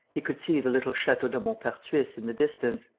he could see the little chateau de maupertuis in the distance.